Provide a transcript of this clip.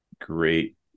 great